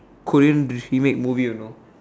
Korean remade movie you know